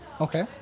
Okay